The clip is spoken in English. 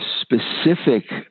specific